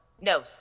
No